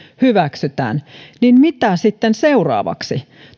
hyväksytään niin mitä sitten seuraavaksi